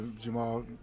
Jamal